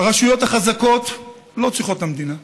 הרשויות החזקות לא צריכות את המדינה.